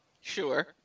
Sure